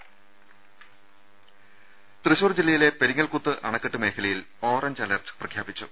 രുമ തൃശൂർ ജില്ലയിലെ പെരിങ്ങൽകുത്ത് അണക്കെട്ട് മേഖലയിൽ ഓറഞ്ച് അലർട്ട് പ്രഖ്യാപിച്ചു